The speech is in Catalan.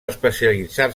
especialitzar